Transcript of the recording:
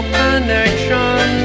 connection